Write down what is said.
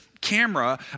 camera